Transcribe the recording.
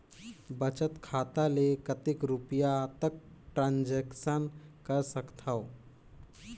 बचत खाता ले कतेक रुपिया तक ट्रांजेक्शन कर सकथव?